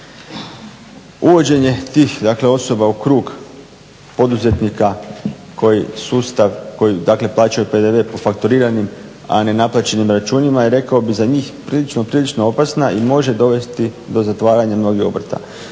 Uvođenje tih osoba u krug poduzetnika koji sustav dakle koji plaćaju PDV po fakturiranim a ne naplaćenim računima je rekao bih za njih prilično opasna i može dovesti do zatvaranja novih obrta.